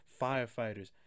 firefighters